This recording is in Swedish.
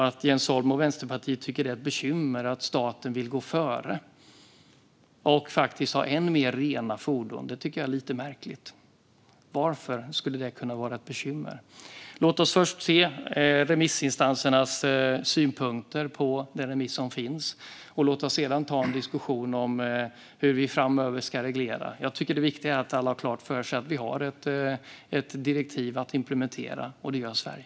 Att Jens Holm och Vänsterpartiet tycker att det är ett bekymmer att staten vill gå före och ha fler rena fordon är lite märkligt. Varför skulle det vara ett bekymmer? Låt oss först se på remissinstansernas synpunkter på den remiss som finns, och låt oss sedan ta en diskussion om hur vi framöver ska reglera. Det viktiga är att alla har klart för sig att det finns ett direktiv att implementera. Det gör Sverige.